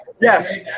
Yes